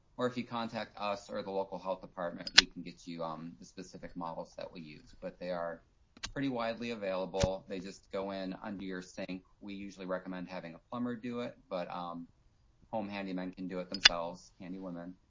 or if you contact us or the local health department, we can get you um the specific models that we use, but they are pretty widely available. they just go in under your sink. we usually recommend having a plumber do it, but a um home handyman can do it themselves, handywoman.